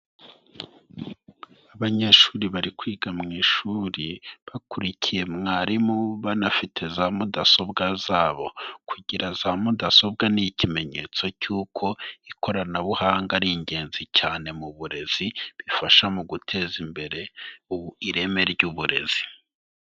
Abanyeshuri bari kwiga mu ishuri bakurikiye mwarimu banafite za mudasobwa zabo kugira za mudasobwa ni ikimenyetso cy'uko ikoranabuhanga ari ingenzi cyane mu burezi, bifasha mu guteza imbere ireme ry'uburezi.